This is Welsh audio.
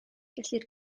gellir